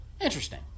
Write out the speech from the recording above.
Interesting